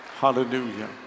hallelujah